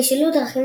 בשילוט דרכים